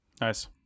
nice